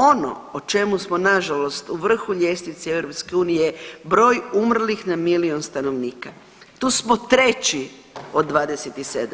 Ono po čemu smo nažalost u vrhu ljestvice EU je broj umrlih na milijun stanovnika, tu smo 3. od 27,